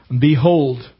Behold